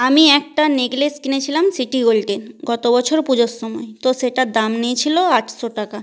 আমি একটা নেকলেস কিনেছিলাম সিটি গোল্ডে গত বছর পুজোর সময় তো সেটার দাম নিয়েছিল আটশো টাকা